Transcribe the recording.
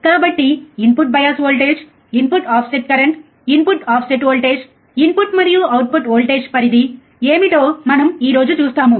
కాబట్టి input bias voltage input offset current input offset voltage input మరియు output voltage పరిధి ఏమిటో మనం ఈ రోజు చూస్తాము